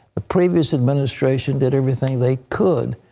the previous administration did everything they could,